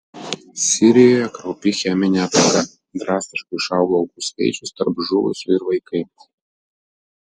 sirijoje kraupi cheminė ataka drastiškai išaugo aukų skaičius tarp žuvusių ir vaikai